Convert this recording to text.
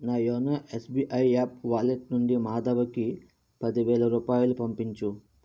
నా YONO SBI app wallet నుండి మాధవకి పది వేల రూపాయలు పంపించు